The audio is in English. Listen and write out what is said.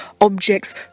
objects